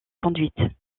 conduite